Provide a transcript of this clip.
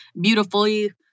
beautifully